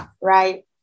right